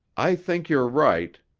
i think you're right,